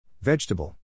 Vegetable